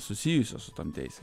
susijusios su tom teisėm